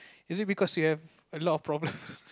is it because you have a lot of problems